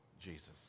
Jesus